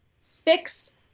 fix